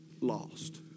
lost